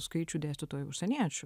skaičių dėstytojų užsieniečių